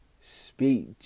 Speech